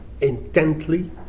intently